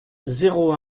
zéro